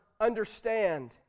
understand